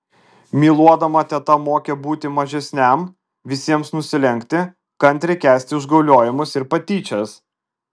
myluodama teta mokė būti mažesniam visiems nusilenkti kantriai kęsti užgauliojimus ir patyčias